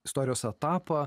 istorijos etapą